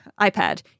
iPad